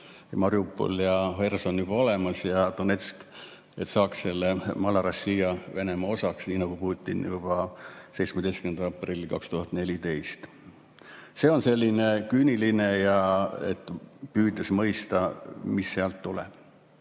Mariupol ja Herson on juba olemas, ka Donetsk, et saaks selle Malorossija Venemaa osaks, nii nagu Putin ütles juba 17. aprillil 2014. See on selline küüniline [jutt], püüdes mõista, mis sealt tuleb. Ja